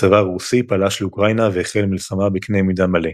הצבא הרוסי פלש לאוקראינה והחל מלחמה בקנה מידה מלא.